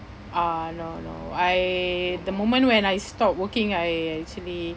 uh no no I the moment when I stop working I actually